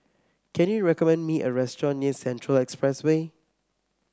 can you recommend me a restaurant near Central Expressway